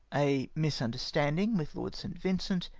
a misunderstanding with lord st. vincent,